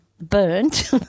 burnt